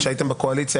כשהייתם בקואליציה,